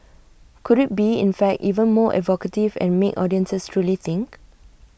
could IT be in fact even more evocative and make audiences truly think